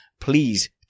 Please